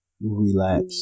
relax